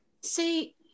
See